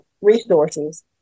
resources